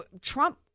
Trump